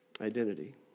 identity